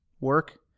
work